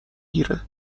گیره